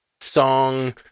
song